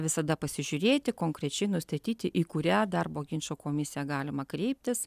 visada pasižiūrėti konkrečiai nustatyti į kurią darbo ginčų komisiją galima kreiptis